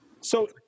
so-